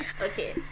okay